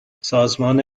سازمان